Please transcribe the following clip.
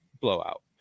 blowout